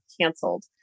canceled